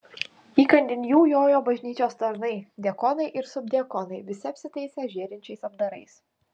įkandin jų jojo bažnyčios tarnai diakonai ir subdiakonai visi apsitaisę žėrinčiais apdarais